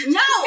no